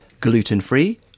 gluten-free